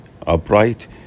upright